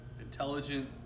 intelligent